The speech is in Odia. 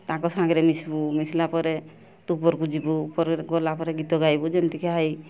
ତାଙ୍କ ସାଙ୍ଗରେ ମିଶିବୁ ମିଶିଲା ପରେ ତୁ ଉପରକୁ ଯିବୁ ଉପରେ ଗଲା ପରେ ଗୀତ ଗାଇବୁ ଯେମିତି କି ହାଇ